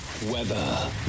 Weather